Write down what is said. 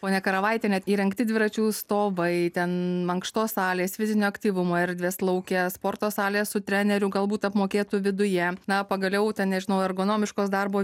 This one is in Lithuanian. ponia karavaitiene įrengti dviračių stovai ten mankštos salės fizinio aktyvumo erdvės lauke sporto salėje su treneriu galbūt apmokėtų viduje na pagaliau ten nežinau ergonomiškos darbo